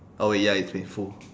oh ya it's painful